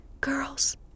Girls